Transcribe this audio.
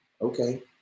Okay